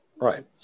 Right